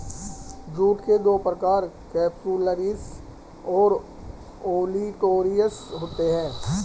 jute के दो प्रकार केपसुलरिस और ओलिटोरियस होते हैं